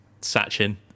Sachin